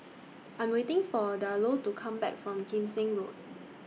I'm waiting For Diallo to Come Back from Kim Seng Road